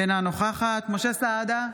אינה נוכחת משה סעדה,